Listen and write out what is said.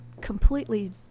completely